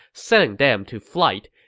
setting them to flight.